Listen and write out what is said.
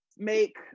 make